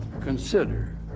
consider